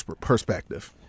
perspective